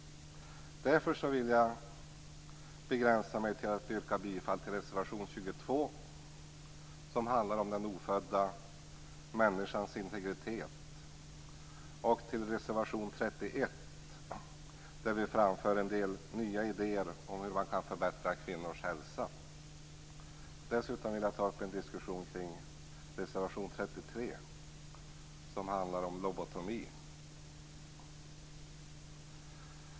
Jag vill därför begränsa mig till att yrka bifall till reservation 22, som handlar om den ofödda människans integritet, och reservation 31, där vi framför en del nya idéer om hur man kan förbättra kvinnors hälsa. Dessutom vill jag ta upp en diskussion kring reservation 33, som handlar om lobotomi.